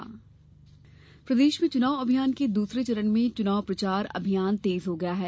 चुनाव अभियान प्रदेश में चुनाव अभियान के दूसरे चरण में चुनाव प्रचार अभियान तेज हो गया है